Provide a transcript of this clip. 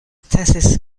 thesis